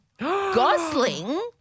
Gosling